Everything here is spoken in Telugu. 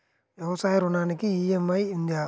వ్యవసాయ ఋణానికి ఈ.ఎం.ఐ ఉందా?